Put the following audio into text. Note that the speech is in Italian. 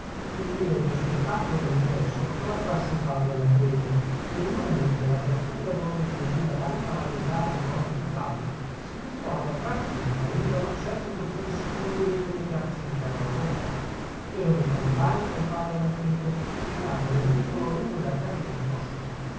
il lieto spettacolo dell'ingresso non attrasse il padre anacleto nel lume di quella apertura donde gli veniva tanta varietà di toni più caldi si disegnavano a tratti e sparivano certi profili scuri come chiazze di terra d'ombra erano i compagni del padre anacleto che andavano e venivano lungo le arcate del chiostro